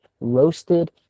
roasted